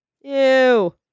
Ew